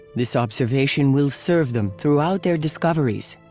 this observation will serve them throughout their discoveries.